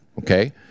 okay